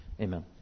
Amen